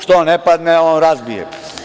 Što ne padne, on razbije.